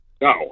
No